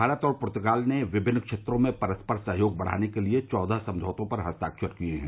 भारत और पुर्तगाल ने विभिन्न क्षेत्रों में परस्पर सहयोग बढाने के लिए चौदह समझौतों पर हस्ताक्षर किए हैं